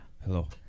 Hello